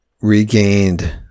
regained